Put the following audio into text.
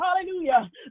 hallelujah